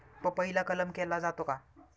पपईला कलम केला जातो का?